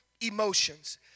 emotions